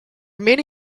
many